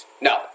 No